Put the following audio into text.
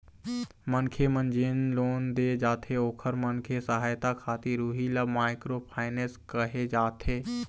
मनखे मन जेन लोन दे जाथे ओखर मन के सहायता खातिर उही ल माइक्रो फायनेंस कहे जाथे